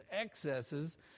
excesses